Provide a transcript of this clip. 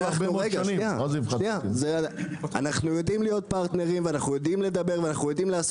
אנחנו יודעים להיות שותפים ולדבר ולעשות